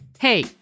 Hey